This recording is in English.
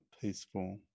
peaceful